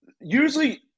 usually